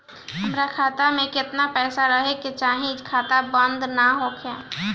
हमार खाता मे केतना पैसा रहे के चाहीं की खाता बंद ना होखे?